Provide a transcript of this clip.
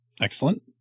Excellent